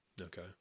Okay